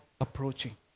approaching